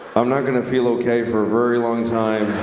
i'm not going to feel okay for a very long time.